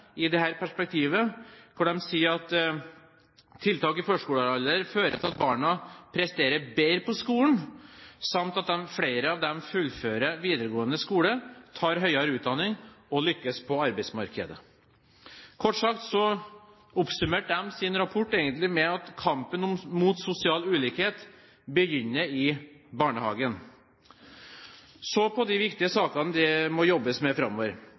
i dette perspektivet, for de sier om barn i førskolealder: «Tiltakene fører til at barna presterer bedre på skolen samt at flere fullfører videregående skole, tar høyere utdanning og lykkes på arbeidsmarkedet.» Kort sagt oppsummerer de sin rapport med: «Kampen mot sosial ulikhet begynner i barnehagen.» Så til de sakene som det må jobbes med framover.